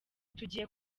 tugiye